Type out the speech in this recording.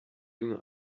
junge